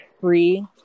free